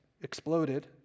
exploded